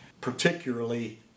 particularly